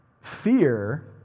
Fear